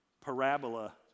parabola